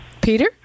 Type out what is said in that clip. Peter